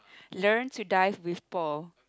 learn to dive with Paul